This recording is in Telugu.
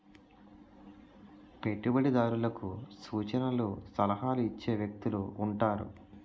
పెట్టుబడిదారులకు సూచనలు సలహాలు ఇచ్చే వ్యక్తులు ఉంటారు